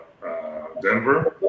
Denver